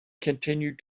continued